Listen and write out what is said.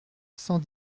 cent